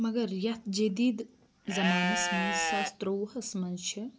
مَگَر یِتھ جٔدید زَمانَس منٛز زٕ ساس ترٛووُہَس منٛز چھِ